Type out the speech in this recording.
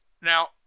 Now